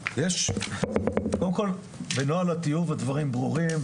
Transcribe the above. קודם כל בנוהל הטיוב הדברים ברורים,